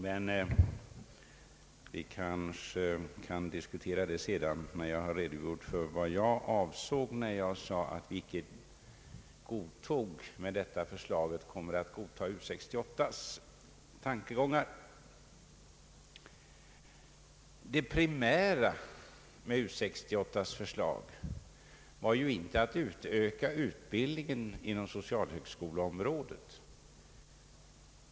Detta kanske vi kan göra när jag redogjort för det jag avsåg när jag sade att vi inte med det här förslaget kommer att godta U 68:s tankegångar. Det primära med U 68:s förslag var ju inte att öka utbildningen inom socialhögskoleområdet.